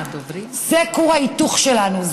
זה כור ההיתוך שלנו,